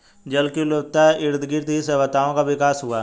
जल की उपलब्धता के इर्दगिर्द ही सभ्यताओं का विकास हुआ